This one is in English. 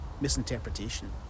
misinterpretation